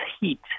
heat